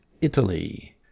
italy